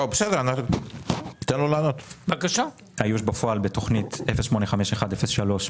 האיוש בפועל בתכנית 08-51-03,